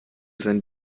sein